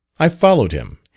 i followed him,